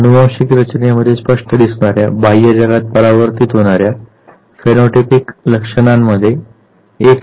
तर अनुवांशिक रचनेमध्ये स्पष्ट दिसणार्या बाह्य जगात परावर्तीत होणाऱ्या फेनोटाइपिक लक्षणांमध्ये अधिक काहीतरी असते